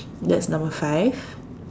that's number five